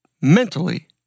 mentally